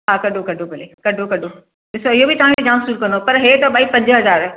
हा कढो कढो भले कढो कढो ॾिसो इहे बि तव्हांखे जाम सुट कंदो पर हीअ त भई पंज हज़ार